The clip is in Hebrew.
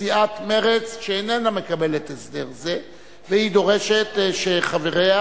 סיעת מרצ שאיננה מקבלת הסדר זה והיא דורשת שחבריה,